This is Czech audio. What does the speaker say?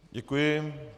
Děkuji.